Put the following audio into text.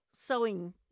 sewing